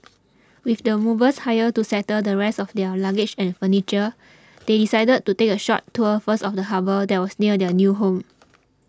with the movers hired to settle the rest of their luggage and furniture they decided to take a short tour first of the harbour that was near their new home